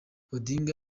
odinga